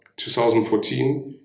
2014